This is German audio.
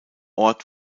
ort